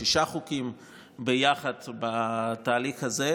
שישה חוקים ביחד בתהליך הזה,